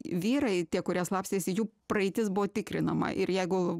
vyrai tie kurie slapstėsi jų praeitis buvo tikrinama ir jeigu